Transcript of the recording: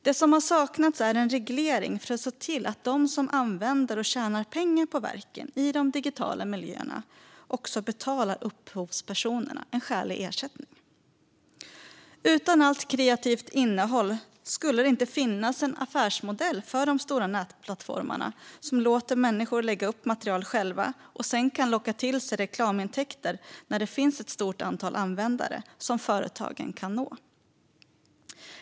Det som saknats har varit en reglering för att se till att de som använder och tjänar pengar på verken i de digitala miljöerna också betalar upphovspersonerna en skälig ersättning. Utan allt kreativt innehåll skulle det inte finnas en affärsmodell för de stora nätplattformarna, som låter människor lägga upp material själva och sedan kan locka till sig reklamintäkter när det finns ett stort antal användare som företagen kan nå.